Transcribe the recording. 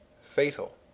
fatal